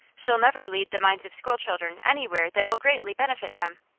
she'll never lead the minds of school children anywhere that will greatly benefit them.